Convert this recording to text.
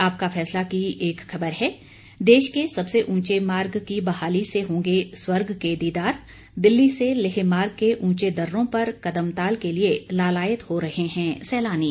आपका फैसला की एक खबर है देश के सबसे ऊंचे मार्ग की बहाली से होंगे स्वर्ग के दीदार दिल्ली से लेह मार्ग के ऊंचे दर्रों पर कदमताल के लिये लालायित हो रहे हैं सैलानी